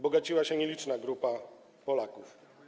Bogaciła się nieliczna grupa Polaków.